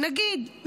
נגיד,